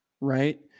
right